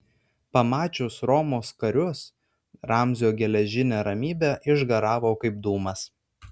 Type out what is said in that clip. pamačius romos karius ramzio geležinė ramybė išgaravo kaip dūmas